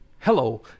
Hello